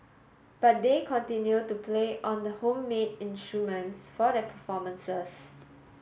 but they continue to play on the home made instruments for their performances